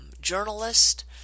journalist